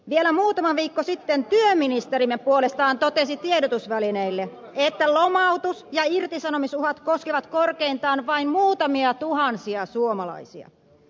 vielä muutama viikko sitten työministerimme puolestaan totesi tiedotusvälineille että lomautus ja irtisanomisuhat koskevat korkeintaan vain muutamia tuhansia suomalaisia